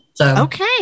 Okay